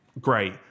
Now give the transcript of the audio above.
great